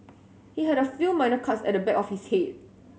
he had a few minor cuts at the back of his head